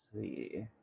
see